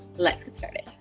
let's get started.